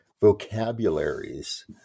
vocabularies